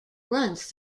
runs